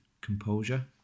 composure